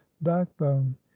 backbone